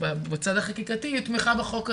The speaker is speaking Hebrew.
בצד החקיקתי היא תמיכה בחוק הזה?